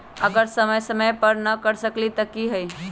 अगर समय समय पर न कर सकील त कि हुई?